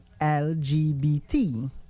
LGBT